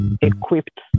equipped